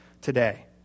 today